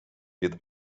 під